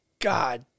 God